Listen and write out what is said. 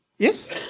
Yes